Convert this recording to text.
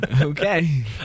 Okay